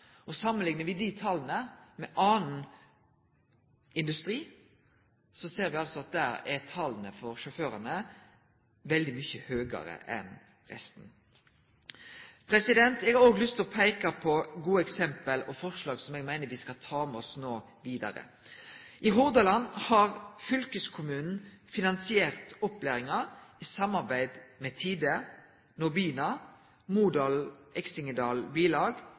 dei tala med annan industri, ser me altså at her er tala veldig mykje høgare. Eg har òg lyst til å peike på gode eksempel og forslag som eg meiner me skal ta med oss vidare no. I Hordaland har fylkeskommunen finansiert opplæringa i samarbeid med Tide, Nobina,